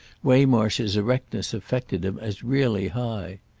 waymarsh's erectness affected him as really high.